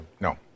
No